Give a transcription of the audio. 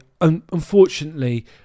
unfortunately